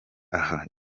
aha